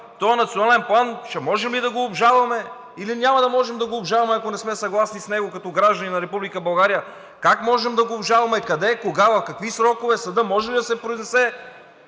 този Национален план ще можем ли да го обжалваме, или няма да можем да го обжалваме, ако не сме съгласни с него, като граждани на Република България? Как можем да го обжалваме? Къде, кога, в какви срокове? Съдът може ли да се произнесе